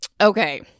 Okay